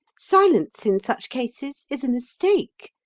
silence in such cases is a mistake.